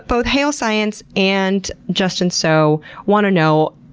both hail science and justin so want to know,